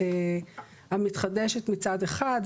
כספים לשוטף זה הכי פשוט,